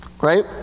right